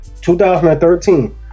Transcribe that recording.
2013